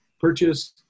purchase